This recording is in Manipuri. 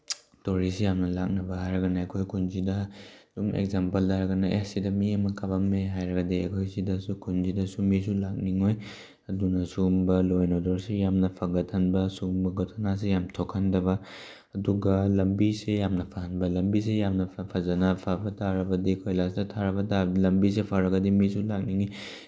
ꯇꯧꯔꯤꯁꯤ ꯌꯥꯝꯅ ꯂꯥꯛꯅꯕ ꯍꯥꯏꯔꯒꯅ ꯑꯩꯈꯣꯏ ꯈꯨꯜꯁꯤꯗ ꯑꯗꯨꯝ ꯑꯦꯛꯖꯥꯝꯄꯜ ꯍꯥꯏꯔꯒꯅ ꯑꯦ ꯁꯤꯗ ꯃꯤ ꯑꯃ ꯀꯥꯞꯄꯝꯃꯦ ꯍꯥꯏꯔꯒꯗꯤ ꯑꯩꯈꯣꯏ ꯁꯤꯗꯁꯨ ꯈꯨꯜꯁꯤꯗꯁꯨ ꯃꯤꯁꯨ ꯂꯥꯛꯅꯤꯡꯉꯣꯏ ꯑꯗꯨꯅ ꯁꯨꯒꯨꯝꯕ ꯂꯣ ꯑꯦꯟ ꯑꯣꯗꯔꯁꯤ ꯌꯥꯝꯅ ꯐꯒꯠꯍꯟꯕ ꯁꯨꯝꯕ ꯒꯣꯊꯅꯥꯁꯦ ꯌꯥꯝ ꯊꯣꯛꯍꯟꯗꯕ ꯑꯗꯨꯒ ꯂꯝꯕꯤꯁꯦ ꯌꯥꯝꯅ ꯐꯍꯟꯕ ꯂꯝꯕꯤꯁꯦ ꯌꯥꯝꯅ ꯐꯖꯅ ꯐꯕ ꯇꯥꯔꯕꯗꯤ ꯀꯣꯏꯂꯥꯁꯅ ꯊꯥꯔꯕ ꯇꯥꯔꯗꯤ ꯂꯝꯕꯤꯁꯤ ꯐꯔꯒꯗꯤ ꯃꯤꯁꯨ ꯂꯥꯛꯅꯤꯡꯉꯤ